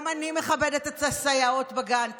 גם אני מכבדת את הסייעות בגן,